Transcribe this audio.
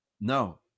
No